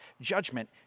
judgment